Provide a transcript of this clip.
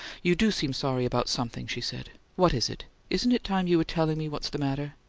you do seem sorry about something, she said. what is it? isn't it time you were telling me what's the matter?